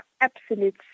absolute